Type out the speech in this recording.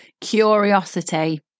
curiosity